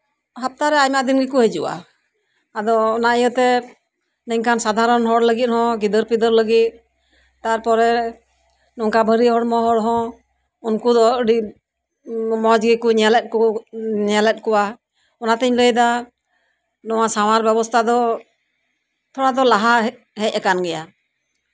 ᱦᱟᱯᱛᱟᱨᱮ ᱟᱭᱢᱟ ᱫᱤᱱ ᱜᱮᱠᱚ ᱦᱤᱡᱩᱜᱼᱟ ᱟᱫᱚ ᱚᱱᱟ ᱤᱭᱟᱹᱛᱮ ᱱᱤᱝᱠᱟᱱ ᱥᱟᱫᱷᱟᱨᱚᱱ ᱦᱚᱲ ᱞᱟᱹᱜᱤᱫᱦᱚᱸ ᱜᱤᱫᱟᱹᱨ ᱯᱤᱫᱟᱹᱨ ᱞᱟᱹᱜᱤᱫ ᱛᱟᱨᱯᱚᱨᱮ ᱱᱚᱝᱠᱟ ᱵᱷᱟᱹᱨᱤ ᱦᱚᱲᱢᱚ ᱦᱚᱲ ᱦᱚᱸ ᱩᱱᱠᱩ ᱫᱚ ᱟᱹᱰᱤ ᱢᱚᱸᱡᱽ ᱜᱮᱠᱚ ᱧᱮᱞᱮᱫ ᱠᱚᱣᱟ ᱚᱱᱟᱛᱤᱧ ᱞᱟᱹᱭᱫᱟ ᱱᱚᱣᱟ ᱥᱟᱶᱟᱨ ᱵᱮᱵᱚᱥᱛᱷᱟ ᱫᱚ ᱛᱷᱚᱲᱟ ᱫᱚ ᱞᱟᱦᱟ ᱦᱮᱡ ᱠᱟᱱ ᱜᱮᱭᱟ